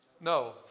No